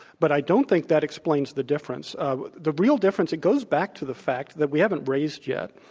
but i don't think that explains the difference. um the real difference it goes back to the fact that we haven't raised yet,